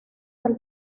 del